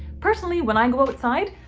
personally when i go outside,